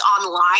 online